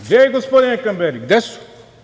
Gde je, gospodine Kamberi, gde su?